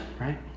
right